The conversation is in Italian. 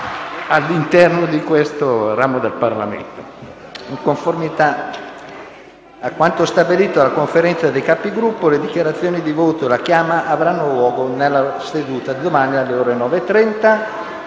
questione di fiducia posta dal Governo. In conformità a quanto stabilito dalla Conferenza dei Capigruppo, le dichiarazioni di voto e la chiama avranno luogo nella seduta di domani, alle ore 9,30.